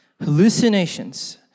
Hallucinations